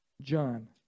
John